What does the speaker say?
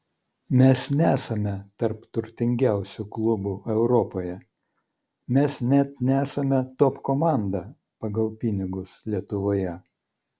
mes nesame tarp turtingiausių klubų europoje mes net nesame top komanda pagal pinigus lietuvoje